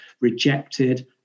rejected